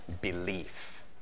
belief